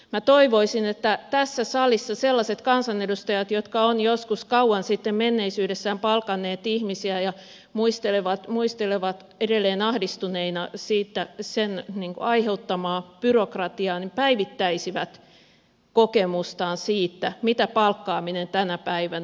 minä toivoisin että tässä salissa sellaiset kansanedustajat jotka ovat joskus kauan sitten menneisyydessään palkanneet ihmisiä ja muistelevat edelleen ahdistuneina sen aiheuttamaa byrokratiaa päivittäisivät kokemustaan siitä mitä palkkaaminen tänä päivänä on